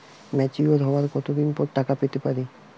Mature হওয়ার কত দিন পর টাকা পেতে পারি?